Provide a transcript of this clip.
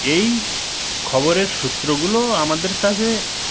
এই খবরের সূত্রগুলো আমাদের কাছে